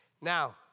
Now